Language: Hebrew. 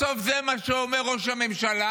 בסוף זה מה שאומר ראש הממשלה.